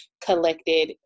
collected